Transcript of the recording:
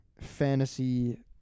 fantasy